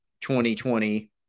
2020